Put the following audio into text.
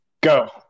go